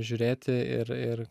žiūrėti ir ir